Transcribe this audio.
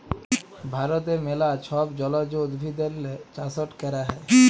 ভারতে ম্যালা ছব জলজ উদ্ভিদেরলে চাষট ক্যরা হ্যয়